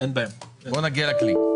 בוא נגיע לכלי.